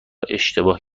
اشتباه